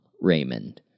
Raymond